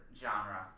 genre